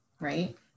right